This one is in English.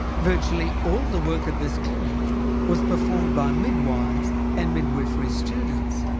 virtually all the work of this clinic was performed by midwives and midwifery students.